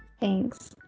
Thanks